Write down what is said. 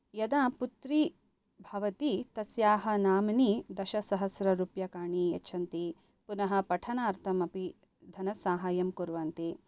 यदा पुत्री भवति तस्याः नाम्नि दशसहस्ररूप्यकाणि यच्छन्ति पुनः पठनार्थमपि धनसहायं कुर्वन्ति